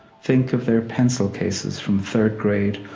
think of their pencil cases from third grade,